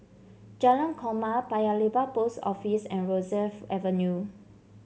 Jalan Korma Paya Lebar Post Office and Rosyth Avenue